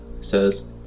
says